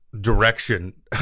direction